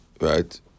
Right